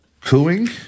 Cooing